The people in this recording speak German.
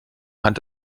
hand